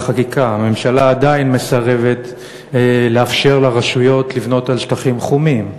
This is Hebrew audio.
הממשלה עדיין מסרבת לאפשר לרשויות לבנות על שטחים חומים,